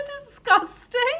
disgusting